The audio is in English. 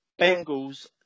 Bengals